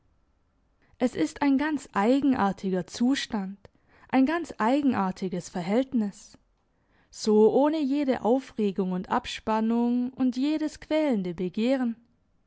es ist ein ganz eigenartiger zustand ein ganz eigenartiges verhältnis so ohne jede aufregung und abspannung und jedes quälende begehren